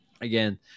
again